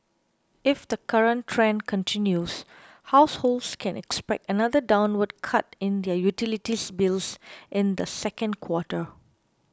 if the current trend continues households can expect another downward cut in utilities bills in the second quarter